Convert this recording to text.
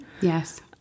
Yes